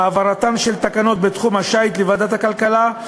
העברתן של תקנות בתחום השיט לוועדת הכלכלה,